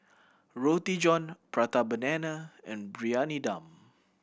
Roti John Prata Banana and Briyani Dum